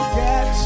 get